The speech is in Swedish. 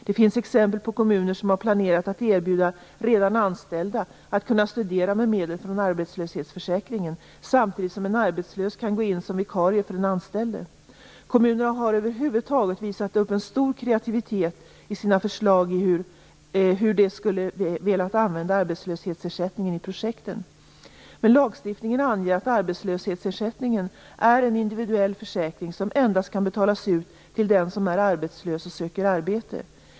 Det finns exempel på kommuner som har planerat att erbjuda redan anställda att kunna studera med medel från arbetslöshetsförsäkringen samtidigt som en arbetslös kan gå in som vikarie för den anställde. Kommunerna har över huvud taget visat upp stor kreativitet i sina förslag till hur de skulle velat använda arbetslöshetsersättningen i projekten. Men lagstiftningen anger att arbetslöshetsersättningen är en individuell försäkring som endast kan betalas ut till den som är arbetslös och söker arbete.